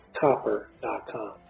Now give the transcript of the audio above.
copper.com